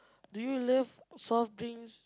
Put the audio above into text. do you love soft drinks